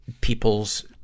people's